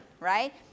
right